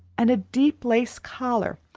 and a deep lace collar,